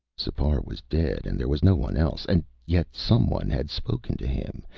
sipar was dead and there was no one else and yet someone had spoken to him,